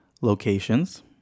locations